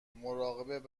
مراقب